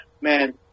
man